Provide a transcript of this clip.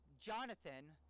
Jonathan